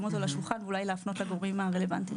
אותו על השולחן ואולי להפנות לגורמים הרלוונטיים.